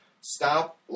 stop